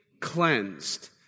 cleansed